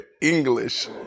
English